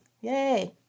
Yay